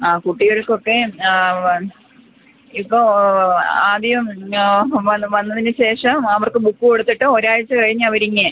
ആ കുട്ടികൾക്കൊക്കെ ഇപ്പോള് ആദ്യം വന്ന വന്നതിന് ശേഷം അവർക്ക് ബുക്ക് കൊടുത്തിട്ട് ഒരാഴ്ച്ച കഴിഞ്ഞവരിങ്ങ്